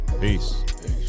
Peace